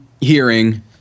hearing